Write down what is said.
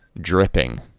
dripping